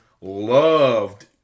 Loved